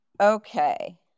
Okay